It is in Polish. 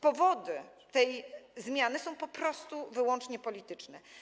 Powody tej zmiany są po prostu wyłącznie polityczne.